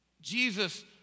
Jesus